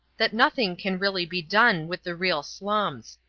that nothing can really be done with the real slums.